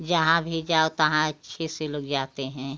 जहाँ भी जाओ तहाँ अच्छे से लोग जाते हैं